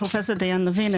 פרופסור דיאן לוין,